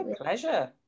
pleasure